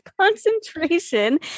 Concentration